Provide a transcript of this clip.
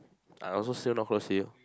I also still not close to you